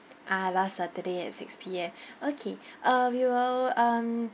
ah last saturday at six P_M okay uh we will um